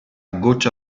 goccia